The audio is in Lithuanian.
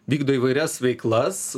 vykdo įvairias veiklas